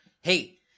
Hey